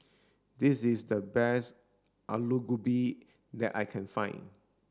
this is the best aloo gobi that I can find